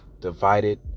divided